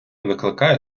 викликає